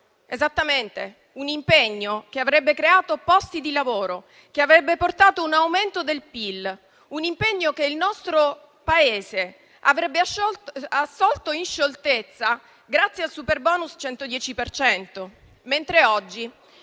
tratta di un impegno che avrebbe creato posti di lavoro e che avrebbe portato un aumento del PIL; un impegno che il nostro Paese avrebbe assolto in scioltezza grazie al superbonus al 110 per cento,